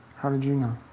how did you know?